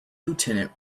lieutenant